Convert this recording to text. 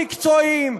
המקצועיים.